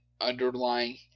underlying –